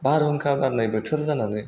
बारहुंखा बारनाय बोथोर जानानै